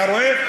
אתה רואה?